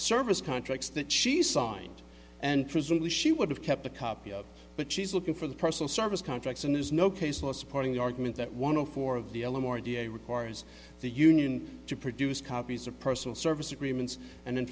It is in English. service contracts that she signed and presumably she would have kept a copy but she's looking for the personal service contracts and there's no case law supporting the argument that one of four of the elem or a da requires the union to produce copies of personal service agreements and then